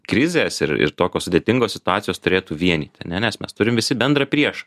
krizės ir ir tokios sudėtingos situacijos turėtų vienyti nes mes turim visi bendrą priešą